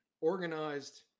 organized